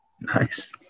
Nice